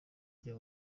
rya